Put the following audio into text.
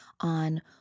on